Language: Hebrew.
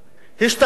השתתפות